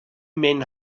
men